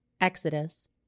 Exodus